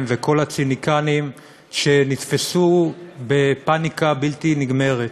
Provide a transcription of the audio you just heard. ואת כל הציניקנים שנתפסו בפניקה בלתי נגמרת,